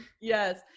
Yes